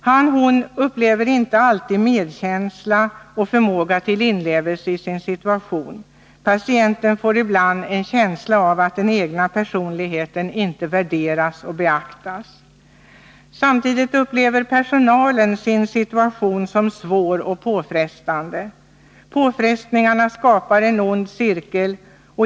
Han eller hon upplever inte alltid medkänsla och förmåga till inlevelse i sin situation. Patienten får ibland en känsla av att den egna personligheten inte värderas och beaktas. Samtidigt upplever personalen sin situation som svår och påfrestande. Påfrestningarna skapar en ond cirkel.